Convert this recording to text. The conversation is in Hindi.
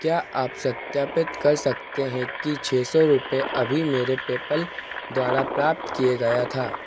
क्या आप सत्यापित कर सकते हैं कि छ सौ रुपये अभी मेरे पेपल द्वारा प्राप्त किये गया था